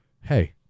Hey